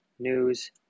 News